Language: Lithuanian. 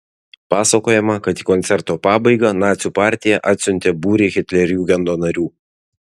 pasakojama kad į koncerto pabaigą nacių partija atsiuntė būrį hitlerjugendo narių